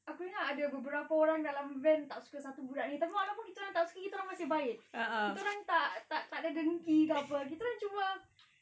aku ingat ada berapa orang dalam van tak suka budak ni tapi walaupun kita tak suka kita masih baik kita orang tak tak ada dengki ke apa kita cuma